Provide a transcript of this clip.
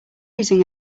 using